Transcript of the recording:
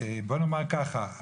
בואו נאמר ככה,